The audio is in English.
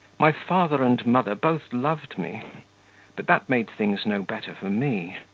my father and mother both loved me but that made things no better for me.